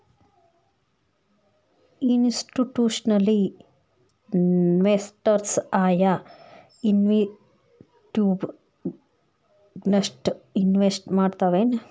Institutional investors ಆಯಾ institute ಗಷ್ಟ invest ಮಾಡ್ತಾವೆನ್?